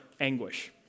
anguish